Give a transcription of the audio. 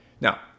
Now